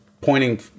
pointing